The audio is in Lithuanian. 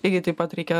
lygiai taip pat reikia